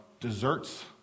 Desserts